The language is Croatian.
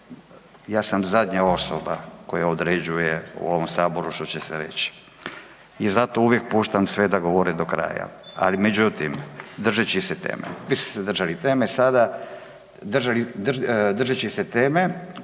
ja sam zadnja osoba koja određuje u ovom saboru što će se reći i zato uvijek puštam sve da govore do kraja. Ali međutim, držeći se teme, vi ste se držali teme sada. Držeći se teme,